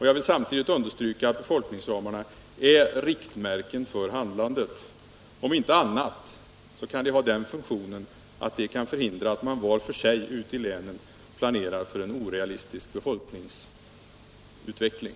Jag vill samtidigt understryka att befolkningsramarna är riktmärken för handlandet. Om inte annat kan de ha den funktionen att de förhindrar att man var för sig ute i länen planerar för en orealistisk befolkningsutveckling.